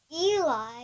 Eli